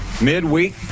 Midweek